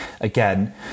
again